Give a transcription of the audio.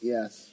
Yes